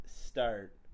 start